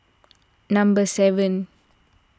number seven